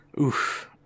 Oof